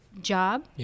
job